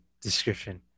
description